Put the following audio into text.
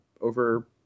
over